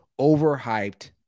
overhyped